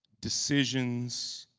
decisions,